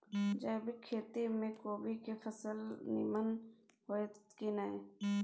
जैविक खेती म कोबी के फसल नीमन होतय की नय?